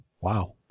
Wow